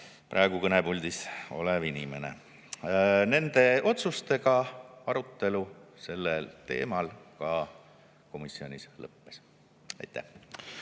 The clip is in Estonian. praegu kõnepuldis olev inimene. Nende otsustega arutelu sellel teemal komisjonis lõppes. Aitäh!